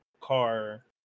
car